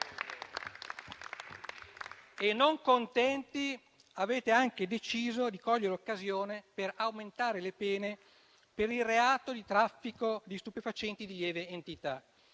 Non contenti, avete anche deciso di cogliere l'occasione per aumentare le pene per il reato di traffico di stupefacenti di lieve entità.